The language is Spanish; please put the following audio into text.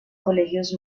colegios